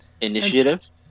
Initiative